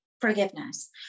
forgiveness